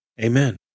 Amen